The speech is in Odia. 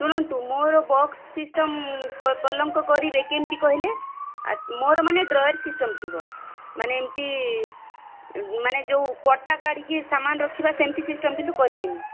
ଶୁଣନ୍ତୁ ମୋର ବକ୍ସ ସିଷ୍ଟମ୍ ପଲଙ୍କ କରିବେ କେମିତି କହିଲେ ମୋର ମାନେ ଡ୍ରୟର୍ ସିଷ୍ଟମ୍ ଥିବ ମାନେ ଏମିତି ମାନେ ଯୋଉ ପଟା କାଢ଼ିକି ସାମାନ ରଖିବା ସେମିତି ସିଷ୍ଟମ୍ କିନ୍ତୁ କରିବେନି